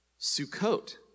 Sukkot